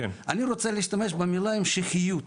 אני רוצה להשתמש במילה המשכיות,